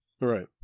Right